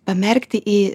pamerkti į